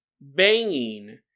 banging